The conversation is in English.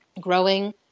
growing